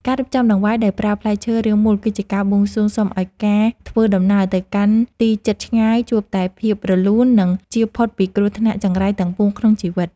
ការរៀបចំដង្វាយដោយប្រើផ្លែឈើរាងមូលគឺជាការបួងសួងសុំឱ្យការធ្វើដំណើរទៅទីជិតឆ្ងាយជួបតែភាពរលូន និង ជៀសផុតពីគ្រោះថ្នាក់ចង្រៃទាំងពួងក្នុងជីវិត។